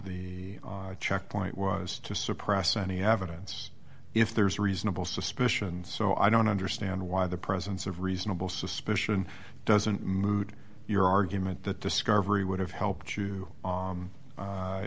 the checkpoint was to suppress any evidence if there's reasonable suspicion so i don't understand why the presence of reasonable suspicion doesn't mood your argument that discovery would have helped